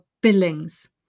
Billings